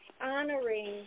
honoring